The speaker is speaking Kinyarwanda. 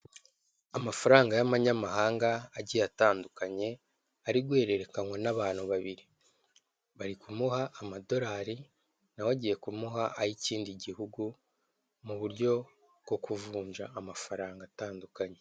Amafaranga y'amanyamahanga agiye atandukanye ari guhererekanywa n'abantu babiri, bari kumuha amadolari nawe agiye kumuha ay'ikindi gihugu mu buryo bwo kuvunja amafaranga atandukanye.